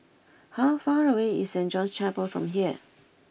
how far away is Saint John's Chapel from here